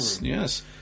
Yes